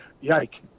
yike